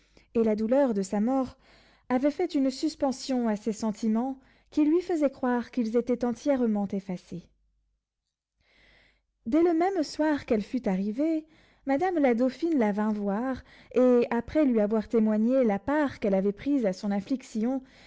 et la douleur de sa mort avaient fait une suspension à ses sentiments qui lui faisait croire qu'ils étaient entièrement effacés dès le même soir qu'elle fut arrivée madame la dauphine la vint voir et après lui avoir témoigné la part qu'elle avait prise à son